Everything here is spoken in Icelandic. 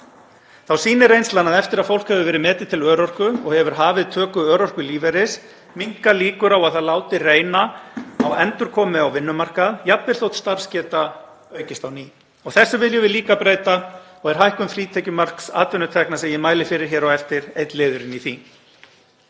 Þá sýnir reynslan að eftir að fólk hefur verið metið til örorku og hefur hafið töku örorkulífeyris minnka líkur á að það láti reyna á endurkomu á vinnumarkað, jafnvel þótt starfsgeta aukist á ný. Þessu viljum við líka breyta og er hækkun frítekjumarks atvinnutekna sem ég mæli fyrir hér á eftir einn liðurinn í því.